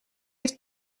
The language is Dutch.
heeft